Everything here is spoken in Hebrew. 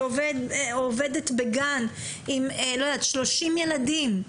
שעובדת בגן עם 30 ילדים,